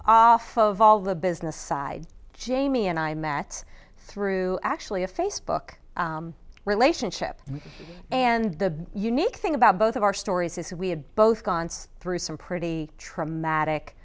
of all the business side jamie and i met through actually a facebook relationship and the unique thing about both of our stories is that we had both gone through some pretty traumatic